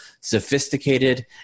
sophisticated